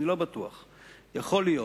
יכול להיות.